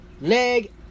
leg